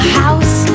house